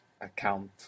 account